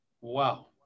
Wow